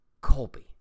Colby